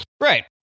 Right